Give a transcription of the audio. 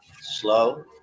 slow